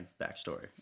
backstory